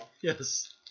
Yes